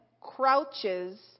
crouches